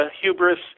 hubris